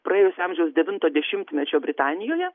praėjusio amžiaus devinto dešimtmečio britanijoje